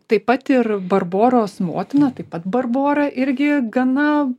taip pat ir barboros motina taip pat barbora irgi gana